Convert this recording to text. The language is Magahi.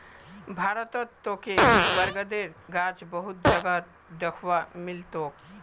भारतत तोके बरगदेर गाछ बहुत जगहत दख्वा मिल तोक